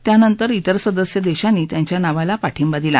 त्यानंतर क्विर सदस्य देशांनी त्यांच्या नावाला पाठिंबा दिला